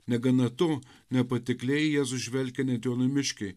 negana to nepatikliai į jėzų žvelgia net jo namiškiai